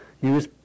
use